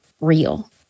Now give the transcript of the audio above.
real